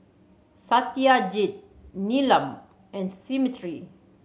Satyajit Neelam and Smriti